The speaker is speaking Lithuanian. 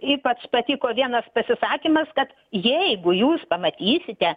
ypač patiko vienas pasisakymas kad jeigu jūs pamatysite